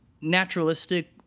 naturalistic